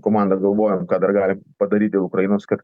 komanda galvojam ką dar galim padaryt dėl ukrainos kad